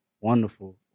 wonderful